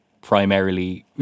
primarily